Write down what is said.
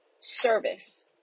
service